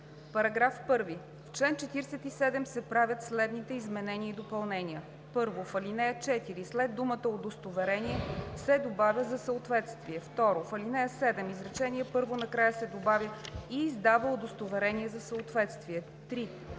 „§ 1. В чл. 47 се правят следните изменения и допълнения: 1. В ал. 4 след думата „удостоверение“ се добавя „за съответствие“. 2. В ал. 7, изречение първо накрая се добавя „и издава удостоверение за съответствие“. 3.